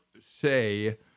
say